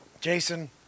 Jason